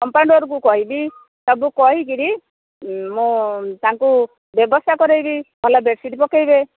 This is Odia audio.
କମ୍ପାଉଣ୍ଡରକୁ କହିବି ସବୁ କହିକିରି ମୋ ତାଙ୍କୁ ବ୍ୟବସ୍ଥା କରେଇବି ଭଲ ବେଡ୍ସିଟ୍ ପକେଇବେ